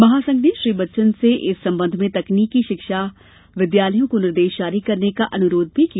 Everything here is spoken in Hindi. महासंघ ने श्री बच्चन से इस संबंध में तकनीकी शिक्षा विद्यालयों को निर्देश जारी करने का अनुरोध भी किया